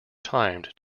timed